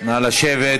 נא לשבת.